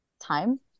time